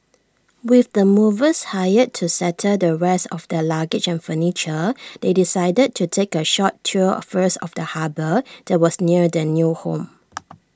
with the movers hired to settle the rest of their luggage and furniture they decided to take A short tour first of the harbour that was near their new home